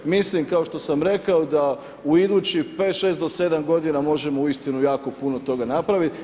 Mislim kao što sam rekao da u idućih 5, 6 do 7 godina možemo uistinu jako puno toga napraviti.